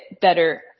better